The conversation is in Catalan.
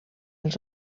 els